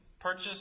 purchase